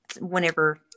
whenever